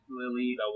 Lily